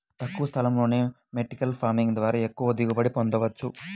తక్కువ స్థలంలోనే vertical farming ద్వారా ఎక్కువ దిగుబడిని పొందవచ్చు